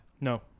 No